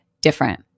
different